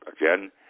again